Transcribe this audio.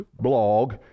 blog